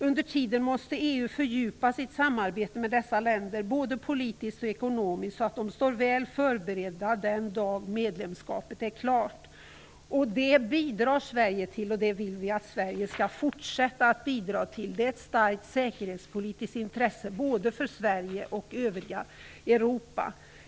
Under tiden måste EU fördjupa sitt samarbete med dessa länder både politiskt och ekonomiskt så att de står väl förberedda den dagen deras medlemskap är klart. Det bidrar Sverige till, och det vill vi att Sverige skall fortsätta att bidra till. Detta är ett starkt säkerhetspolitiskt intresse både för Sverige och övriga Europa.